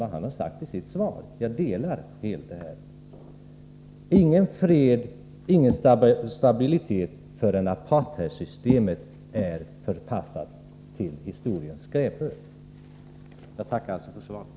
Jag instämmer helt i vad han har sagt i sitt svar. Det blir ingen fred och stabilitet i södra Afrika förrän apartheidsystemet är förpassat till historiens skräphög. Jag tackar för svaret.